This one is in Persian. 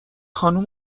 خانوم